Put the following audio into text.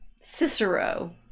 cicero